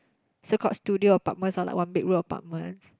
so called studio apartment or like one bedroom apartment